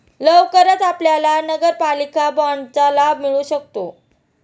लवकरच आपल्याला नगरपालिका बाँडचा लाभ मिळू शकतो